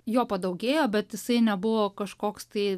jo padaugėjo bet jisai nebuvo kažkoks tai